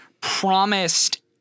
promised